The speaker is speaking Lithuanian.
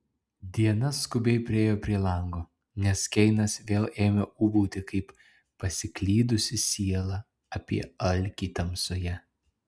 diana skubiai priėjo prie lango nes keinas vėl ėmė ūbauti kaip pasiklydusi siela apie alkį tamsoje